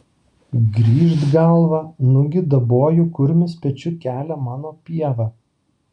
grįžt galvą nugi daboju kurmis pečiu kelia mano pievą